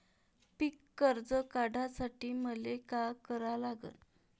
पिक कर्ज काढासाठी मले का करा लागन?